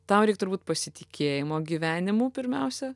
tau reik turbūt pasitikėjimo gyvenimu pirmiausia